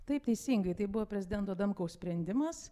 taip teisingai tai buvo prezidento adamkaus sprendimas